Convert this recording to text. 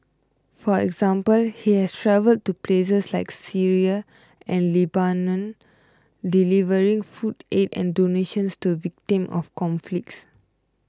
for example he has travelled to places like Syria and Lebanon delivering food aid and donations to victims of conflicts